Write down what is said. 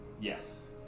Yes